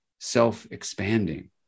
self-expanding